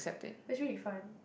that's really fun